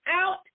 out